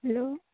hello